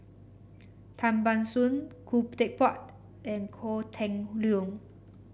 Tan Ban Soon Khoo Teck Puat and Kok Leun